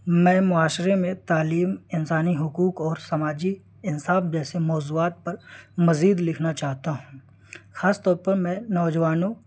میں معاشرے میں تعلیم انسانی حقوق اور سماجی انصاف جیسے موضوعات پر مزید لکھنا چاہتا ہوں خاص طور پر میں نوجوانوں